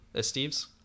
Steve's